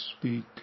speak